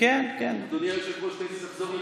אדוני היושב-ראש, תן לי לחזור למקומי.